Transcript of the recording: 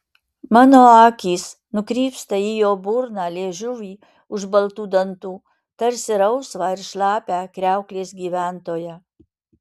mano akys nukrypsta į jo burną liežuvį už baltų dantų tarsi rausvą ir šlapią kriauklės gyventoją